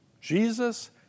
Jesus